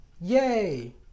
yay